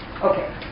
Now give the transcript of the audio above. Okay